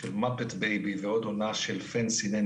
של Muppet baby ועוד עונה של Fancy Nancy